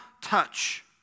touch